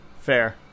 Fair